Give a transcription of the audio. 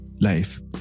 life